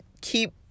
keep